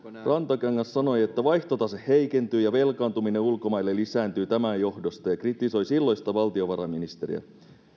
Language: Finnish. rantakangas sanoi että vaihtotase heikentyy ja velkaantuminen ulkomaille lisääntyy tämän johdosta ja kritisoi silloista valtiovarainministeriä